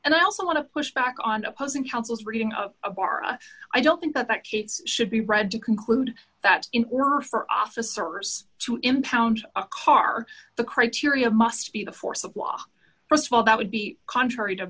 and i also want to push back on opposing counsel's reading of a bar and i don't think that it should be read to conclude that in order for officers to impound a car the criteria must be the force of law st of all that would be contrary to